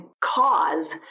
cause